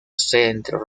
centro